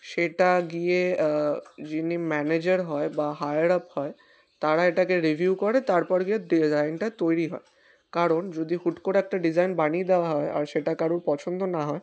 সেটা গিয়ে যিনি ম্যানেজার হয় বা হায়ার আপ হয় তারা এটাকে রিভিউ করে তারপর গিয়ে ডিজাইনটা তৈরি হয় কারণ যদি হুট করে একটা ডিজাইন বানিয়ে দেওয়া হয় আর সেটা কারোর পছন্দ না হয়